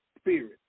spirit